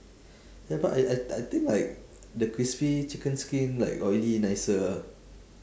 ya but I I I think like the crispy chicken skin like oily nicer ah